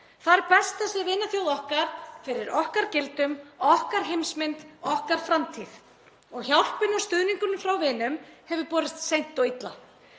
Þar berst þessi vinaþjóð okkar fyrir okkar gildum, okkar heimsmynd, okkar framtíð. Hjálpin og stuðningurinn frá vinum hefur borist seint og illa.